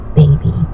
baby